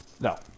No